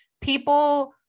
people